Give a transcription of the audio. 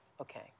Okay